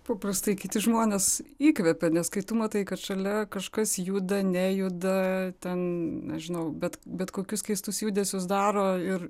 paprastai kiti žmonės įkvepia nes kai tu matai kad šalia kažkas juda nejuda ten aš žinau bet bet kokius keistus judesius daro ir